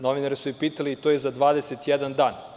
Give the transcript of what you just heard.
Novinari su je pitali i to je za 21 dan.